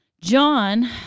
John